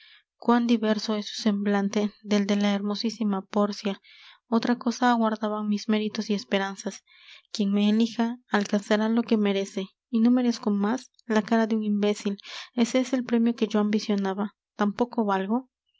cuán diverso es su semblante del de la hermosísima pórcia otra cosa aguardaban mis méritos y esperanzas quien me elija alcanzará lo que merece y no merezco más la cara de un imbécil ese es el premio que yo ambicionaba tan poco valgo